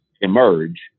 emerge